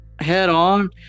head-on